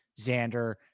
Xander